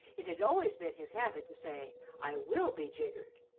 it had always been his habit to say, i will be jiggered,